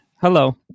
Hello